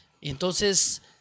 Entonces